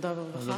העבודה והרווחה.